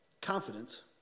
confidence